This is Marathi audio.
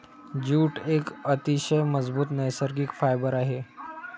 जूट एक अतिशय मजबूत नैसर्गिक फायबर आहे